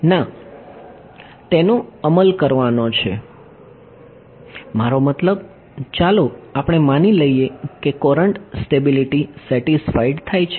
ના તેનો અમલ કરવાનો છે મારો મતલબ ચાલો આપણે માની લઈએ કે કોરંટ સ્ટેબિલિટી સેટિસ્ફાઈડ છે